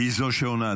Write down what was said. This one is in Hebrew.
אני זו שעונה.